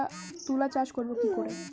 তুলা চাষ করব কি করে?